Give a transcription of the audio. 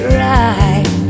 right